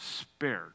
spared